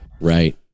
Right